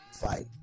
fight